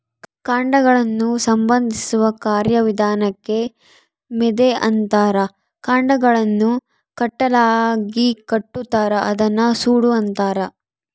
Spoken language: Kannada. ಕಾಂಡಗಳನ್ನು ಬಂಧಿಸುವ ಕಾರ್ಯವಿಧಾನಕ್ಕೆ ಮೆದೆ ಅಂತಾರ ಕಾಂಡಗಳನ್ನು ಕಟ್ಟುಗಳಾಗಿಕಟ್ಟುತಾರ ಅದನ್ನ ಸೂಡು ಅಂತಾರ